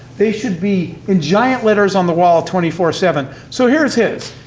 they should be in giant letters on the wall twenty four seven. so here's his.